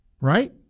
Right